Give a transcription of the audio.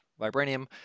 vibranium